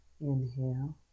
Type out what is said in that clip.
Inhale